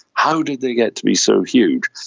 how did they get to be so huge?